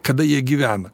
kada jie gyvena